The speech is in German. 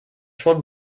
schon